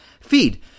feed